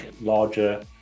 larger